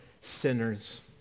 sinners